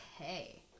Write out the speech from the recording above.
Okay